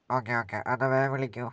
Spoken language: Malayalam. ഓക്കെ ഓക്കെ ഒന്ന് വേഗം വിളിക്കുമോ